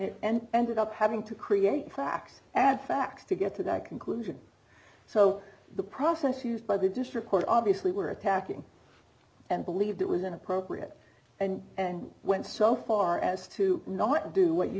decision and it ended up having to create facts add facts to get to that conclusion so the process used by the district court obviously were attacking and believe that was inappropriate and and went so far as to not do what you